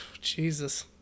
Jesus